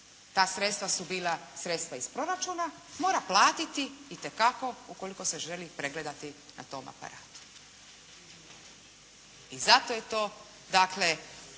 ta sredstva su bila iz proračuna, mora platiti itekako ukoliko se želi pregledati na tom aparatu. I zato je to